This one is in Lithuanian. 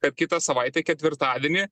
kad kitą savaitę ketvirtadienį